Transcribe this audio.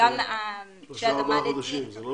שלושה-ארבעה חודשים.